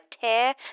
tear